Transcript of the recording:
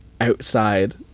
outside